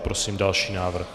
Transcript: Prosím další návrh.